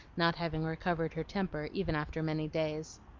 not having recovered her temper even after many days.